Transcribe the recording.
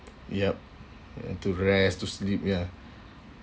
yup and to rest to sleep ya